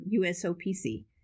USOPC